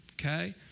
okay